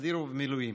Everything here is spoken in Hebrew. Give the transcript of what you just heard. בסדיר ובמילואים.